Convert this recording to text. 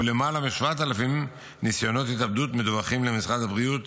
ולמעלה מ-7,000 ניסיונות התאבדות מדווחים למשרד הבריאות.